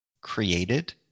created